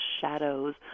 shadows